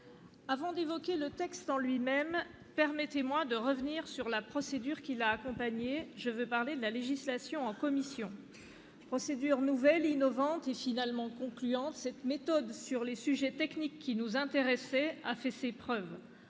avant d'évoquer le texte en lui-même, permettez-moi de revenir sur la procédure qui a permis son élaboration- je veux parler de la législation en commission. Procédure nouvelle, innovante, et finalement concluante, cette méthode, sur les sujets techniques qui nous intéressaient, a fait ses preuves.